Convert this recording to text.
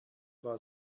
war